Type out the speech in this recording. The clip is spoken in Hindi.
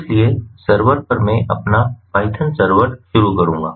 इसलिए सर्वर पर मैं अपना पाइथन सर्वर शुरू करूंगा